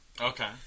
okay